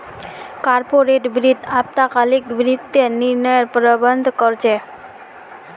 corporate वित्त अल्पकालिक वित्तीय निर्णयर प्रबंधन कर छे